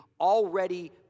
already